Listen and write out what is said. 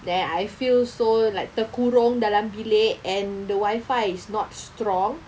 then I feel so like terkurung dalam bilik and the wifi is not strong